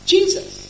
Jesus